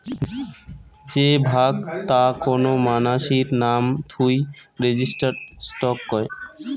যে ভাগ তা কোন মানাসির নাম থুই রেজিস্টার্ড স্টক কয়